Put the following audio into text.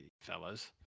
fellas